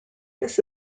this